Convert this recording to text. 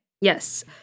Yes